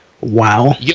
Wow